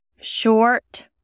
short